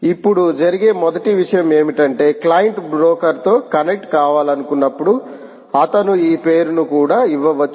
ఇప్పుడు జరిగే మొదటి విషయం ఏమిటంటే క్లయింట్ బ్రోకర్తో కనెక్ట్ కావాలనుకున్నప్పుడు అతను ఈ పేరును కూడా ఇవ్వవచ్చు nptel